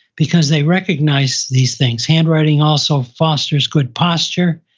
because they recognize these things. handwriting also fosters good posture,